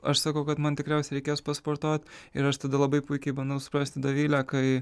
aš sakau kad man tikriausiai reikės pasportuot ir aš tada labai puikiai bandau suprasti dovilę kai